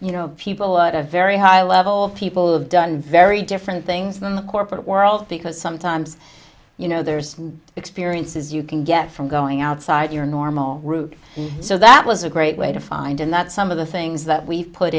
you know people at a very high level of people who have done very different things in the corporate world because sometimes you know there's experiences you can get from going outside your normal route so that was a great way to find in that some of the things that we've put